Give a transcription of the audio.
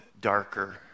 darker